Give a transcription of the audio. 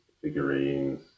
figurines